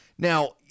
Now